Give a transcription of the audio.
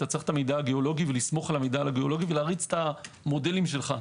אתה צריך את המידע הגיאולוגי ולסמוך עליו ולהריץ את המודלים שלך.